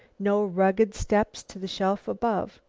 no rugged steps to the shelf above.